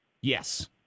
Yes